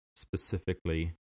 specifically